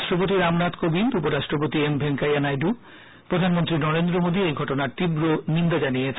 রাষ্টপতি রামনাথ কোবিন্দ উপরাষ্ট্রপতি এম ভেঙ্কাইয়া নাইডু প্রধানমন্ত্রী নরেন্দ্র মোদি এই ঘটনার নিন্দা জানিয়েছেন